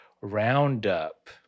roundup